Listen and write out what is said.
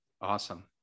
Awesome